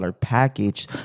package